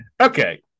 Okay